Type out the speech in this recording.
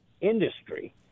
industry